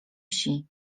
wsi